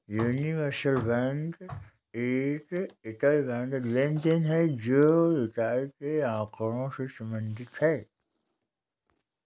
universal bank एक एकल banking लेनदेन है, जो एक इकाई के आँकड़ों से संबंधित है